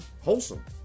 wholesome